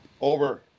Over